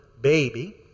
baby